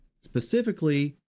specifically